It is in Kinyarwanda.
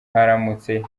haramutse